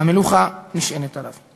והמלוכה נשענות עליו.